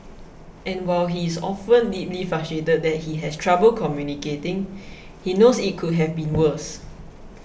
and while he is often deeply frustrated that he has trouble communicating he knows it could have been worse